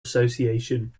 association